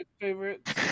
favorite